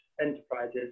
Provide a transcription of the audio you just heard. enterprises